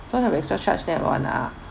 don't have extra charge that [one] ah